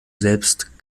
selbst